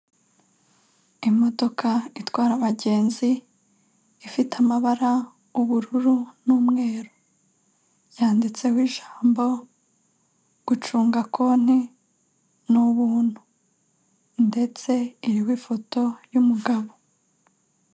Imodoka itwara abagenzi ifite amabara ubururu n'umweru yanditseho ijambo gucunga konte ni ubuntu ndetse iririho ifoto y'umugabo.